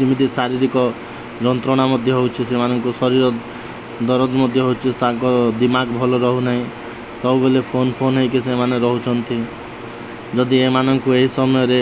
ଯେମିତି ଶାରୀରିକ ଯନ୍ତ୍ରଣା ମଧ୍ୟ ହେଉଛି ସେମାନଙ୍କୁ ଶରୀର ଦରଜ ମଧ୍ୟ ହେଉଛି ତାଙ୍କ ଦିମାଗ ଭଲ ରହୁନାହିଁ ସବୁବେଳେ ଫୋନ୍ ଫୋନ୍ ହେଇକି ସେମାନେ ରହୁଛନ୍ତି ଯଦି ଏମାନଙ୍କୁ ଏହି ସମୟରେ